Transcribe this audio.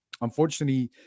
Unfortunately